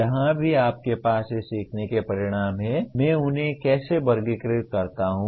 जहाँ भी आपके पास ये सीखने के परिणाम हैं मैं उन्हें कैसे वर्गीकृत करता हूं